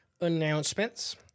announcements